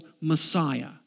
Messiah